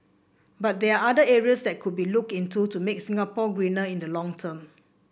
but there are other areas that could be looked into to make Singapore greener in the long term